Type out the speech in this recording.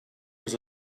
was